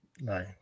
no